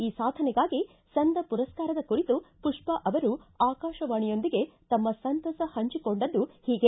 ಈ ಸಾಧನೆಗಾಗಿ ಸಂದ ಪುರಸ್ನಾರದ ಕುರಿತು ಪುಷ್ಪಾ ಅವರು ಆಕಾಶವಾಣಿಯೊಂದಿಗೆ ತಮ್ನ ಸಂತಸ ಹಂಚಿಕೊಂಡದ್ದು ಹೀಗೆ